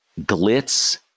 glitz